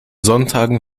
sonntagen